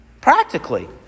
practically